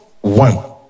one